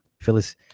Phyllis